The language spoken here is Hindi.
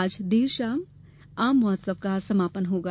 आज देर शाम आम महोत्सव का समापन होगा